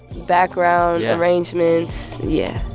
background. yeah. arrangements. yeah